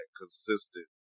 consistent